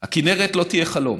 הכינרת לא תהיה חלום